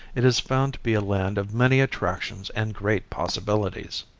it is found to be a land of many attractions and great possibilities.